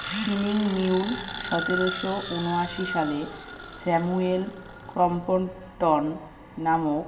spinning mule সতেরোশো ঊনআশি সালে স্যামুয়েল ক্রম্পটন নামক